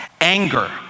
anger